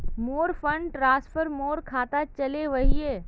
मोर fund transfer मोर खातात चले वहिये